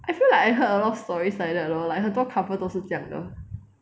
I feel like I heard a lot of stories like that lor like 很多 couple 就是这样的